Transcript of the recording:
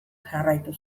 jarraitu